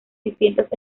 distintos